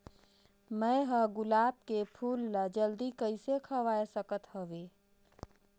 मैं ह गुलाब के फूल ला जल्दी कइसे खवाय सकथ हवे?